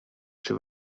czy